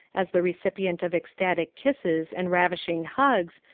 as the recipient of ecstatic kisses and ravishing hugs,